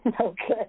Okay